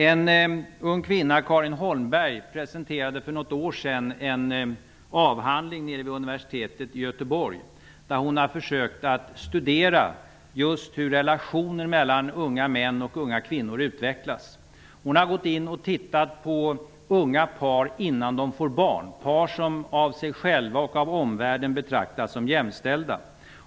En ung kvinna, Carin Holmberg, presenterade för något år sedan en avhandling vid universitetet i Göteborg. Hon har just försökt studera hur relationer mellan unga män och kvinnor utvecklas. Hon har tittat på unga par innan de har fått barn. Det har varit par som av sig själva och av omvärlden betraktas som jämställda.